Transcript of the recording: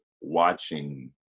watching